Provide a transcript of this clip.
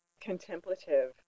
contemplative